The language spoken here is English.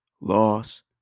Loss